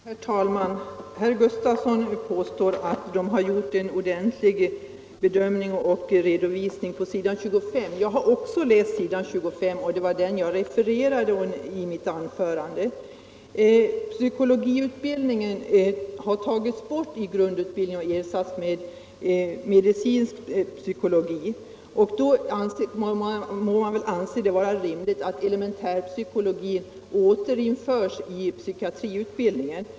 Herr talman! Herr Gustavsson i Alvesta påstår att utskottet gjort en ordentlig redovisning och bedömning på s. 25 i betänkandet. Jag har också läst s. 25, och det var den sidan jag refererade i mitt anförande. Psykologiutbildningen har tagits bort ur grundutbildningen och ersatts med medicinsk psykologi. Då måste man väl anse det vara rimligt att elementär psykologi återinförs i psykiatriutbildningen!